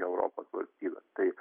europos valstybė tai